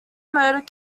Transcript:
murder